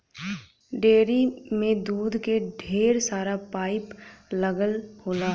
dairy में दूध क ढेर सारा पाइप लगल होला